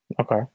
Okay